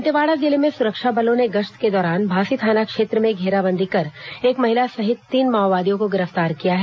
दंतेवाड़ा जिले में सुरक्षा बलों ने गश्त के दौरान भांसी थाना क्षेत्र में घेराबंदी कर एक महिला सहित तीन माओवादियों को गिरफ्तार किया है